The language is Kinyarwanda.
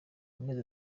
amezi